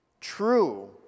true